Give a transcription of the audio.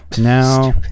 Now